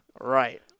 Right